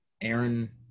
Aaron